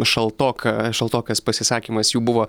šaltoka šaltokas pasisakymas jų buvo